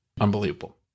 Unbelievable